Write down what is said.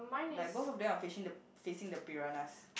like both of them are fishing the facing the piranhas